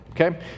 okay